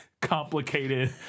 complicated